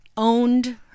Owned